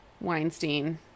weinstein